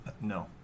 no